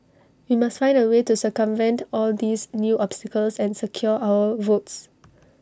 we must find A way to circumvent all these new obstacles and secure our votes